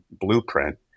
blueprint